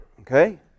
Okay